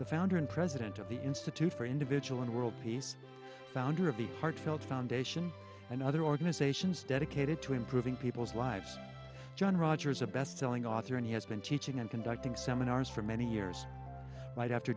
the founder and president of the institute for individual and world he's founder of the heartfelt foundation and other organizations dedicated to improving people's lives john rogers a bestselling author and he has been teaching and conducting seminars for many years right after